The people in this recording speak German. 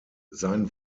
sein